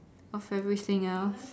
of everything else